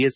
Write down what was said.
S